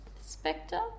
Spectre